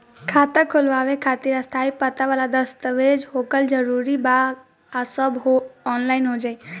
खाता खोलवावे खातिर स्थायी पता वाला दस्तावेज़ होखल जरूरी बा आ सब ऑनलाइन हो जाई?